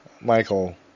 Michael